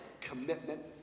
commitment